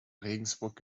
regensburg